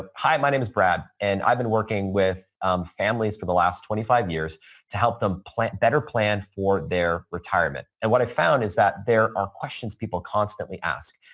ah hi, my name is brad and i've been working with families for the last twenty five years to help them better plan for their retirement. and what i found is that there are questions people constantly ask.